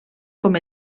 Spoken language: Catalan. com